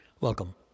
Welcome